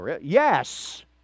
Yes